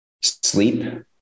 sleep